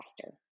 faster